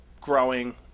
growing